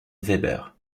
weber